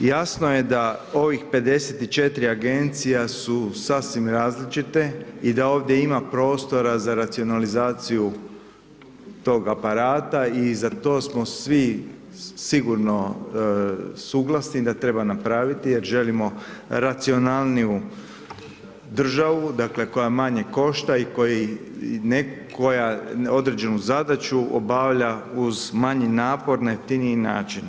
Jasno je da ovih 54 agencija su sasvim različite i da ovdje ima prostora za racionalizaciju tog aparata i za to smo svi sigurno suglasni da treba napraviti jer želimo racionalniju državu, dakle koja manje košta i koja određenu zadaću obavlja uz manji napor na jeftiniji način.